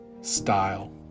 style